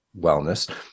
wellness